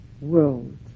world